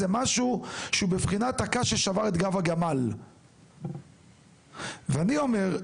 זה משהו שהוא בבחינת הקש ששבר את גב הגמל ואני אומר,